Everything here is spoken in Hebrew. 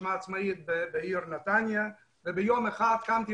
רשימה עצמאית בעיר נתניה ויום אחד קמתי